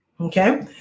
Okay